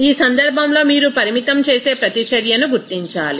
ఈ సందర్భంలో మీరు పరిమితం చేసే ప్రతిచర్యను గుర్తించాలి